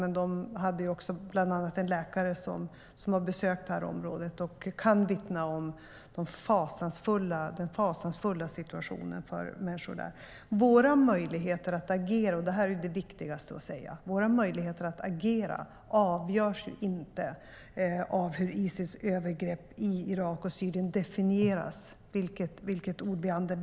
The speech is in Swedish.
De hade bland annat en läkare som besökt området och kan vittna om den fasansfulla situationen för människor där. Våra möjligheter att agera - det är det viktigaste att säga - avgörs inte av hur Isils övergrepp i Irak och Syrien definieras, vilket ord vi använder.